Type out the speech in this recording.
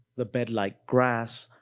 the bed-like grass,